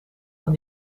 van